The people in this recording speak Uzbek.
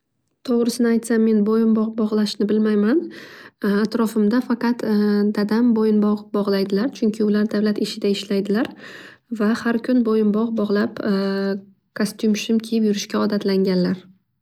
To'g'risini aytsam men bo'yinbog' boylashni bilmayman. Atrofimda faqat dadam bo'yinbog' bog'laydilar. Chunki ular davlat ishida ishlaydilar va har kun bo'yinbog' boylab kastum shim kiyib yurishga odatlanganlar.